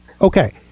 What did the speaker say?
okay